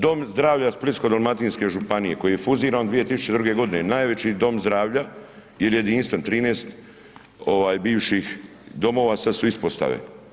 Dom zdravlja Splitsko dalmatinske županije, koji je … 2002. g. najveći dom zdravlja, jer je jedinstven, 13 bivših domova, sada su ispostave.